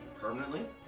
Permanently